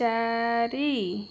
ଚାରି